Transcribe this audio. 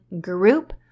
group